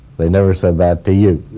they never said that to you?